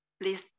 Please